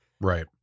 Right